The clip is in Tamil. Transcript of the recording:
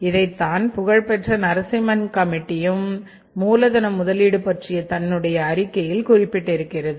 இதைத்தான் புகழ்பெற்ற நரசிம்மன் கமிட்டியும் மூலதன முதலீடு பற்றிய தன்னுடைய அறிக்கையில் குறிப்பிட்டு இருக்கிறது